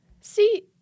See